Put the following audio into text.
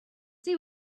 see